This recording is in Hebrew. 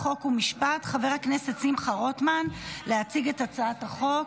חוק ומשפט חבר הכנסת שמחה רוטמן להציג את הצעת החוק.